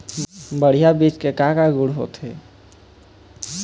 बढ़िया बीज के गुण का का होथे?